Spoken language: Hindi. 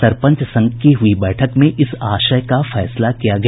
सरपंच संघ की हुई बैठक में इस आशय का फैसला किया गया